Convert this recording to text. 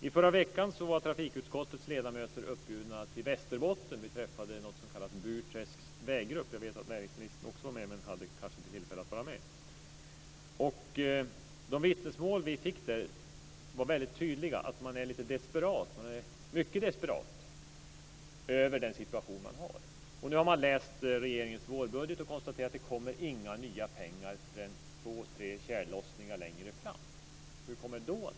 I förra veckan var trafikutskottets ledamöter inbjudna till Västerbotten, där vi träffade den s.k. Burträsks Väggrupp. Jag vet att också näringsministern var inbjuden, men han hade kanske inte tillfälle att vara med. De vittnesmål som vi då fick var väldigt tydliga. Man är mycket desperat över den situation som man har. Man har läst regeringens vårbudget och konstaterat att det inte kommer några nya pengar förrän två tre tjällossningar längre fram. Hur kommer det då att se ut?